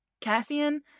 Cassian